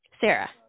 Sarah